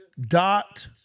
dot